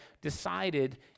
decided